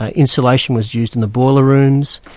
ah insulation was used in the boiler rooms,